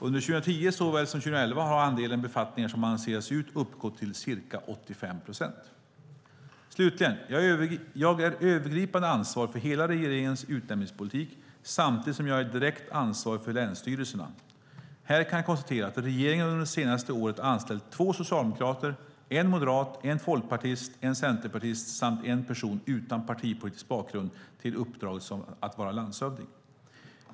Under såväl 2010 som 2011 har andelen befattningar som annonserats ut uppgått till ca 85 procent. Slutligen: Jag är övergripande ansvarig för hela regeringens utnämningspolitik, samtidigt som jag är direkt ansvarig för länsstyrelserna. Här kan jag konstatera att regeringen under det senaste året anställt två socialdemokrater, en moderat, en folkpartist, en centerpartist och en person utan partipolitisk bakgrund till uppdraget att vara landshövding.